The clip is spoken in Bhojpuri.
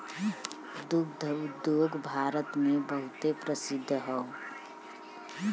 दुग्ध उद्योग भारत मे बहुते प्रसिद्ध हौ